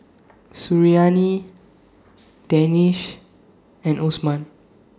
Suriani Danish and Osman